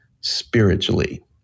spiritually